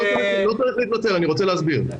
לא צריך להתנצל, אני רוצה להסביר.